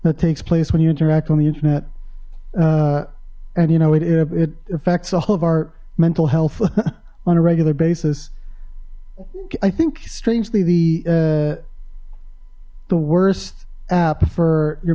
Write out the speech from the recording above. that takes place when you interact on the internet and you know it affects all of our mental health on a regular basis i think strangely the the worst app for your